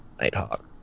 Nighthawk